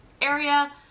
area